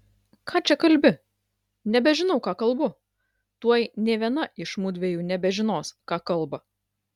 ką čia kalbi nebežinau ką kalbu tuoj nė viena iš mudviejų nebežinos ką kalba